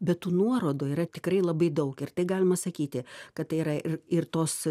bet tų nuorodų yra tikrai labai daug ir tai galima sakyti kad tai yra ir tos